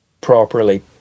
properly